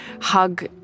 hug